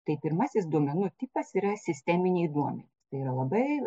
tai pirmasis duomenų tipas yra sisteminiai duomenys tai yra labai